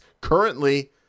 currently